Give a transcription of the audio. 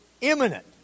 imminent